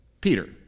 Peter